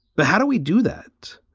but how do we do that?